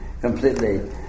completely